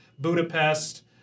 Budapest